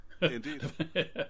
indeed